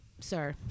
sir